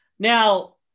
Now